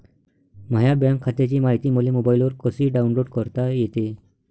माह्या बँक खात्याची मायती मले मोबाईलवर कसी डाऊनलोड करता येते?